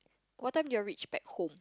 what time did you all reach back home